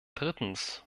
drittens